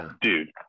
dude